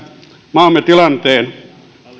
maamme tilanteen